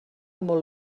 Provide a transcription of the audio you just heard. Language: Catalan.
molt